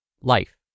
life